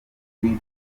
kuri